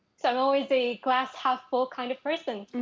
so i'm always a glass half full kind of person.